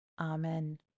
Amen